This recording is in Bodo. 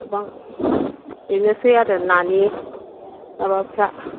गोबां बेनोसै आरो नानि माबाफ्रा